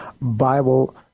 Bible